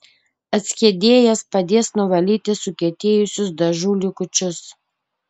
atskiedėjas padės nuvalyti sukietėjusius dažų likučius